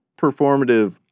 performative